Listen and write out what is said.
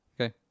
Okay